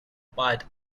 piet